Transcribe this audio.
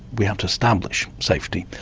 we have to establish safety.